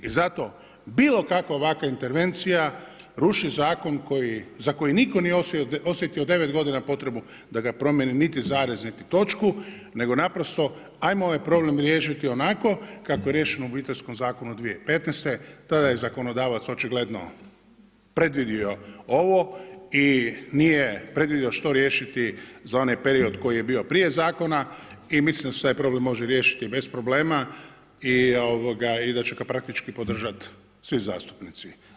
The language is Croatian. I zato bilo kakva ovakva intervencija ruši zakon za koji nitko nije osjetio 9 godina potrebu da ga promijeni, niti zarez, niti točku, nego naprosto ajmo ovaj problem riješiti onako kako je riješeno u Obiteljskom zakonu 2015., tada je zakonodavac očigledno predvidio ovo i nije predvidio što riješiti za onaj period koji je bio prije zakona i mislim da se taj problem može riješiti bez problema i da će ga praktički podržat svi zastupnici.